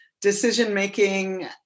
decision-making